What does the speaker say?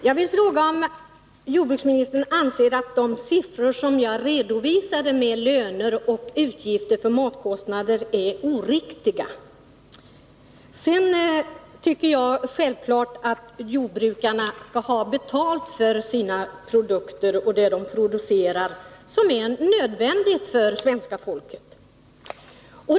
Fru talman! Jag vill fråga om jordbruksministern anser att de siffror som jag redovisade beträffande löner och matkostnader är oriktiga. Sedan tycker jag självfallet att jordbrukarna skall ha betalt för sina produkter, som är nödvändiga för svenska folket.